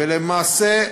ולמעשה,